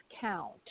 count